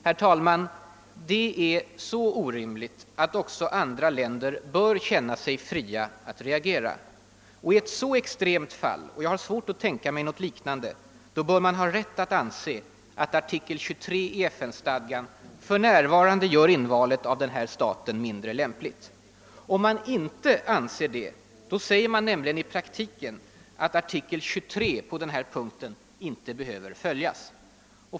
Nej, det är så orimligt att också andra länder bör känna sig fria att reagera. Och i ett så extremt fall — jag har svårt att tänka mig något liknande — bör man ha rätt att anse att artikel 23 i FN-stadgan för närvarande gör invalet av denna stat mindre lämpligt. Ty om man inte anser det, säger man nämligen i praktiken att artikel 23 på denna punkt inte behöver följas.